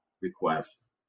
request